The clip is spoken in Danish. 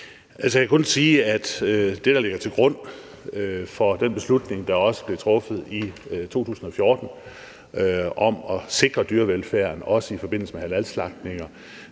Jeg kan kun sige, at det, der ligger til grund for den beslutning, der også blev truffet i 2014, om at sikre dyrevelfærden, også i forbindelse med halalslagtninger,